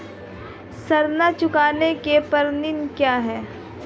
ऋण चुकाने की प्रणाली क्या है?